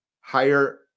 higher